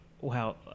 Wow